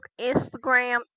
Instagram